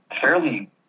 fairly